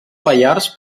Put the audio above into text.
pallars